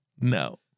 no